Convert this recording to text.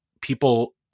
people